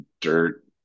dirt